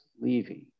leaving